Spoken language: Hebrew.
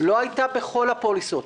לא הייתה בכל הפוליסות.